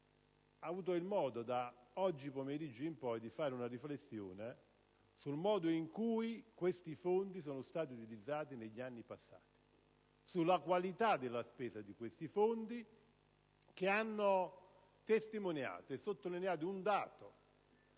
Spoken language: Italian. Nessuno, da oggi pomeriggio in poi, ha fatto una riflessione sul modo in cui questi fondi sono stati utilizzati negli anni passati, sulla qualità della spesa degli stessi fondi, che hanno comunque testimoniato e sottolineato un dato,